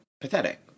pathetic